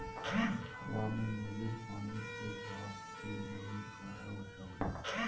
हवा मे मौजूद पानी के भाप के नमी कहय हय